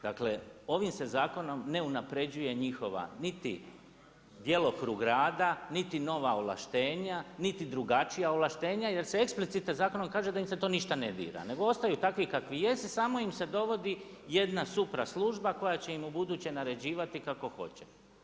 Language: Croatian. Dakle, ovim se zakonom ne unaprjeđuje njihova niti djelokrug rada, niti nova ovlaštenja, niti drugačija ovlaštenja jel' se explicite zakonom kažem da im se to ništa ne dira, nego ostaju takvi kakvi jesu, samo im se dovodi jedna supraslužba koja će im ubuduće naređivati kako hoće.